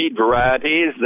varieties